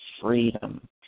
freedom